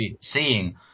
seeing